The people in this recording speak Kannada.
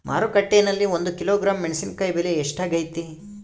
ಮಾರುಕಟ್ಟೆನಲ್ಲಿ ಒಂದು ಕಿಲೋಗ್ರಾಂ ಮೆಣಸಿನಕಾಯಿ ಬೆಲೆ ಎಷ್ಟಾಗೈತೆ?